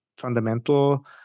fundamental